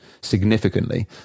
significantly